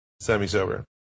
semi-sober